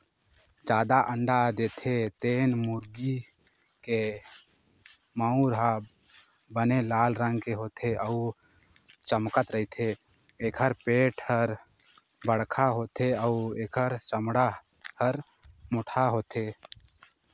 जादा अंडा देथे तेन मुरगी के मउर ह बने लाल रंग के होथे अउ चमकत रहिथे, एखर पेट हर बड़खा होथे अउ एखर चमड़ा हर मोटहा होथे